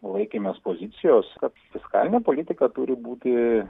laikėmės pozicijos kad fiskalinė politika turi būti